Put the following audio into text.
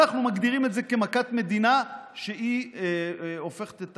כשאנחנו מגדירים את זה כמכת מדינה שהופכת את